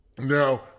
Now